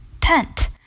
tent